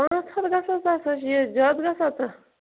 پانٛژھ ہتھ گَژھان تتھ سُہ چھُ یہِ زیادٕ گَژھان تہٕ